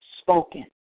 spoken